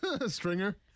Stringer